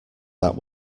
that